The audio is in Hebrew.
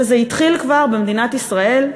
וזה התחיל כבר במדינת ישראל,